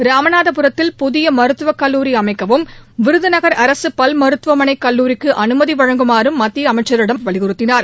ராமநாதபுரத்தில் புதிய மருத்துவ கல்லூரி அமைக்கவும் விருதுநகர் அரசு பல்மருத்துவமனை கல்லூரிக்கு அனுமதி வழங்குமாறும் மத்திய அமைச்சரிடம் அவர் வலியுறுத்தினார்